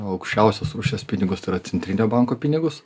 aukščiausios rūšies pinigustai yra centrinio banko pinigus